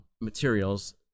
materials